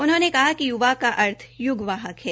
उन्होंने कहा कि य्वा का अर्थ य्ग वाहक है